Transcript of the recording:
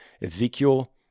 Ezekiel